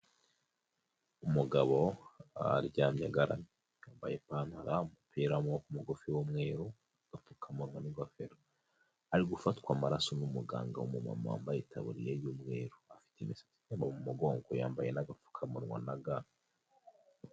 Umugabo aryamyeagaramye yambaye ipantaro, umupira w'amaboko mugufi w'umweru, apfukamunwa n'ingofero. Ari gufatwa amaraso n'umuganga w'umumama wambaye itabuye y'umweru. afite imisatsi itemba mu mugongo yambaye n'agapfukamunwa na ga.